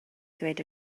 ddweud